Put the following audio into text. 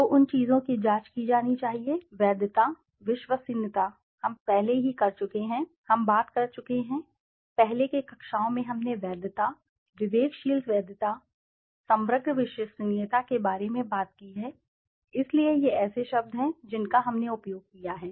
तो उन चीजों की जाँच की जानी चाहिए वैधता विश्वसनीयता हम पहले ही कर चुके हैं हम बात कर चुके हैं पहले की कक्षाओं में हमने वैधता विवेकशील वैधता समग्र विश्वसनीयता के बारे में बात की है इसलिए ये ऐसे शब्द हैं जिनका हमने उपयोग किया है